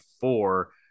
four